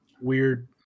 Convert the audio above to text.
weird